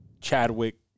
Chadwick